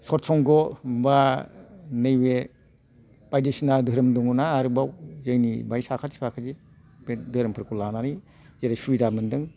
सदसंग बा नैबे बायदिसिना धोरोम दङ ना आरोबाव जोंनि बाहाय साखाथि फाखाथि बे धोरोमफोरखौ लानानै जेरै सुबिदा मोनदों